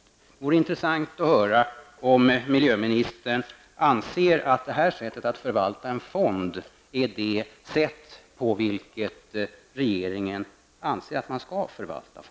Det vore intressant att få veta om miljöministern anser att det är på det här sättet en fond skall förvaltas.